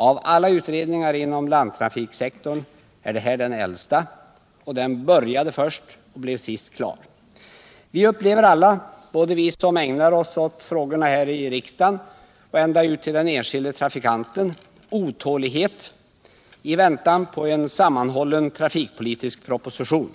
Av alla utredningar inom landtrafiksektorn är den här äldst — den började först och blev sist klar. Vi upplever alla — från oss som ägnar oss åt frågorna här i riksdagen och ända ut till den enskilde trafikanten — otålighet i väntan på en sammanhållen trafikpolitisk proposition.